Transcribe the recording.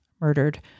murdered